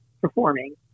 performing